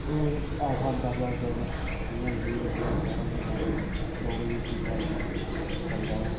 ओह् अट्ठ अट्ठ दस दस दिन इ'यां गीत गूत साढ़े जि'यां इत्थै गांदे डोगरी रीति रिवाज कन्नै चलदा